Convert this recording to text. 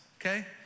Okay